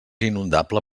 inundable